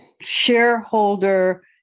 shareholder